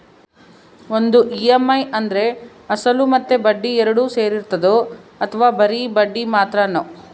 ಒಂದು ಇ.ಎಮ್.ಐ ಅಂದ್ರೆ ಅಸಲು ಮತ್ತೆ ಬಡ್ಡಿ ಎರಡು ಸೇರಿರ್ತದೋ ಅಥವಾ ಬರಿ ಬಡ್ಡಿ ಮಾತ್ರನೋ?